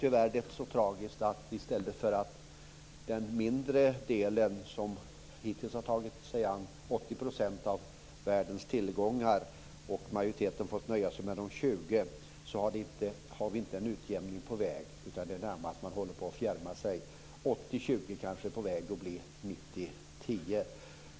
Tyvärr har den mindre delen av världen hittills tagit sig an 80 % av världens tillgångar, och majoriteten har fått nöja sig med 20 %. Det är inte en utjämning på väg. Man håller närmast på att fjärma sig. 80-20 är kanske på väg att bli 90-10.